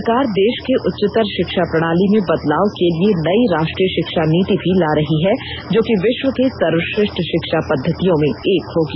सरकार देश की उच्चतर शिक्षा प्रणाली में बदलाव के लिए नई राष्ट्रीय शिक्षा नीति भी ला रही है जोकि विश्व की सर्वश्रेष्ठ शिक्षा पद्धतियों में एक होगी